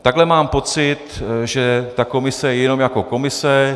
Takhle mám pocit, že ta komise je jenom jako komise.